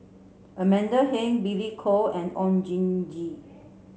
Amanda Heng Billy Koh and Oon Jin Gee